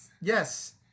Yes